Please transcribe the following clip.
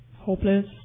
hopeless